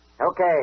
Okay